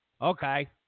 Okay